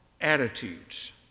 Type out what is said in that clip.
attitudes